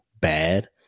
bad